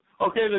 okay